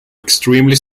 extremely